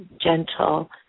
gentle